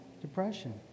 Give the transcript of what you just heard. Depression